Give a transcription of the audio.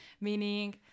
meaning